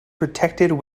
protected